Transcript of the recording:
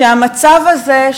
שהמצב הזה,